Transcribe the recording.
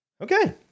okay